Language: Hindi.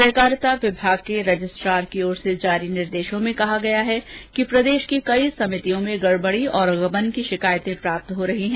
सहकारिता विभाग के रजिस्ट्रार की ओर से जारी निर्देशों में कहा गया है कि प्रदेश की कई समितियों में गड़बड़ी और गबन की शिकायतें प्राप्त हो रही है